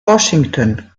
washington